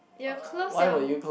you will close your